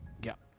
yep.